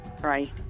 Right